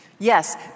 Yes